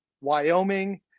Wyoming